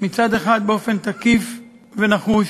מצד אחד באופן תקיף ונחוש,